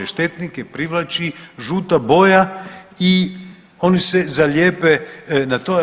Štetnike privlači žuta boja i oni se zalijepe na to.